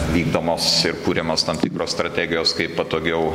vykdomos ir kuriamos tam tikros strategijos kaip patogiau